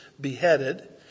beheaded